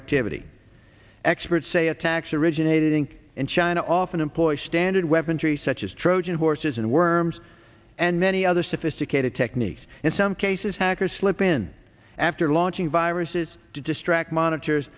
activity experts say attacks originating in china often employ standard weapon three such as trojan horses and worms and many other sophisticated techniques in some cases hackers slip in after launching viruses to distract monitors